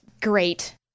great